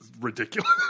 ridiculous